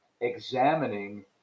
examining